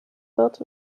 wird